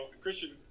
Christian